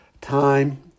time